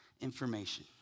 information